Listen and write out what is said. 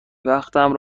وقتم